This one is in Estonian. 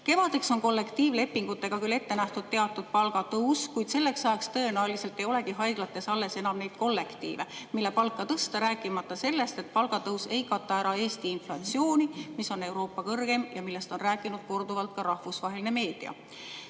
Kevadeks on kollektiivlepingutega küll ette nähtud teatud palgatõus, kuid selleks ajaks ei olegi haiglates tõenäoliselt enam alles neid kollektiive, millel palka tõsta, rääkimata sellest, et palgatõus ei kata ära Eesti inflatsiooni, mis on Euroopa kõrgeim ja millest on rääkinud korduvalt ka rahvusvaheline meedia.